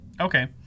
Okay